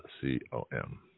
C-O-M